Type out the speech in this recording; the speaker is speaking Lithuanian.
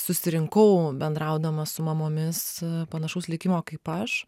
susirinkau bendraudama su mamomis panašaus likimo kaip aš